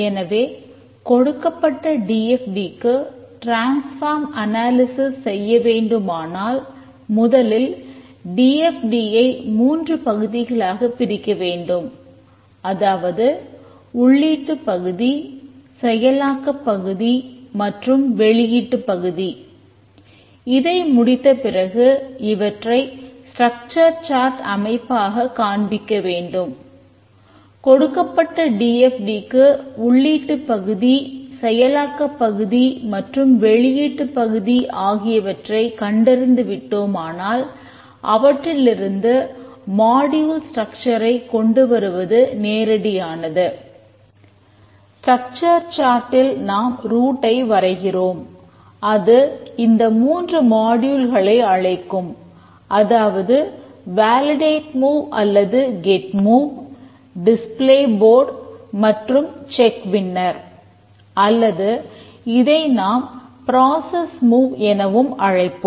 எனவே கொடுக்கப்பட்ட D F T எனவும் அழைப்போம்